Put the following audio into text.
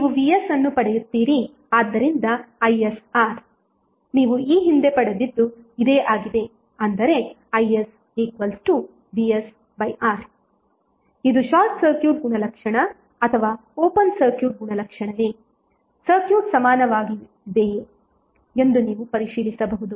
ನೀವು vs ಅನ್ನು ಪಡೆಯುತ್ತೀರಿ ಆದ್ದರಿಂದ isR ನೀವು ಈ ಹಿಂದೆ ಪಡೆದದ್ದು ಇದೇ ಆಗಿದೆ ಅಂದರೆ isvsR ಇದು ಶಾರ್ಟ್ ಸರ್ಕ್ಯೂಟ್ ಗುಣಲಕ್ಷಣ ಅಥವಾ ಓಪನ್ ಸರ್ಕ್ಯೂಟ್ ಗುಣಲಕ್ಷಣವೇ ಸರ್ಕ್ಯೂಟ್ ಸಮಾನವಾಗಿದೆಯೆ ಎಂದು ನೀವು ಪರಿಶೀಲಿಸಬಹುದು